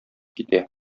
китә